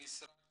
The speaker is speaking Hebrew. ממשרד